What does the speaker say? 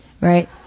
right